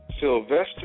Sylvester